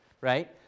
right